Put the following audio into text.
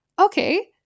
okay